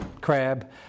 crab